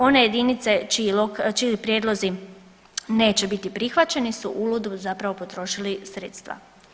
One jedinice čiji prijedlozi neće biti prihvaćeni su uludo zapravo potrošili sredstva.